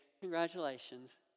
congratulations